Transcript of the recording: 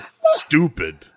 Stupid